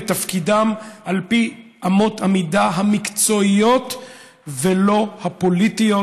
את תפקידם על פי אמות המידה המקצועיות ולא הפוליטיות,